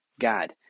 God